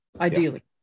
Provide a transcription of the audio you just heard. ideally